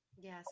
Yes